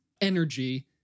energy